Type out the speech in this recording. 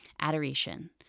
Adoration